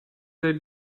they